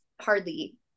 hardly